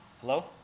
Hello